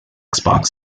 xbox